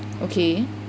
okay